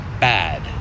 bad